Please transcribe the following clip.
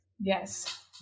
yes